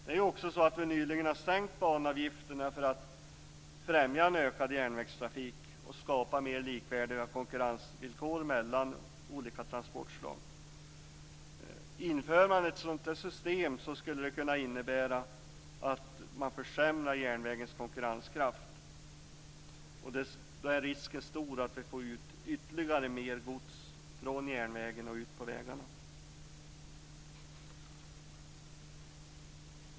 Vi har ju nyligen sänkt banavgifterna för att främja en ökad järnvägstrafik och skapa mer likvärdiga konkurrensvillkor mellan olika transportslag. Om man inför ett sådant system skulle det kunna innebära att man försämrar järnvägens konkurrenskraft. Då är risken stor att ännu mer gods förs ut från järnvägen och ut på vägarna.